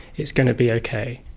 it's going to be okay.